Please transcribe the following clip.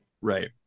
Right